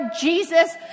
Jesus